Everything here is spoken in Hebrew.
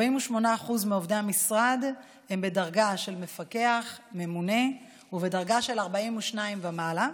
48% מעובדי המשרד הם בדרגה של מפקח ממונה ובדרגה של 42 ומעלה,